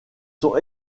sont